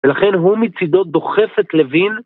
ולכן הוא מצידו דוחף את לוין